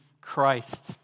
Christ